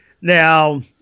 now